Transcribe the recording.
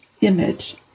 image